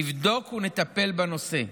נבדוק ונטפל בנושא.